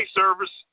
service